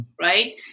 Right